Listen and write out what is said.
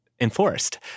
enforced